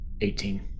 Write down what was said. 18